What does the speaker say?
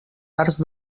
arts